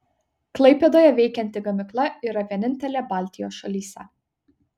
klaipėdoje veikianti gamykla yra vienintelė baltijos šalyse